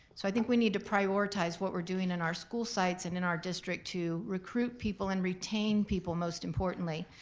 so i think we need to prioritize what we're doing in our school sites and in our district to recruit people and retain people most importantly.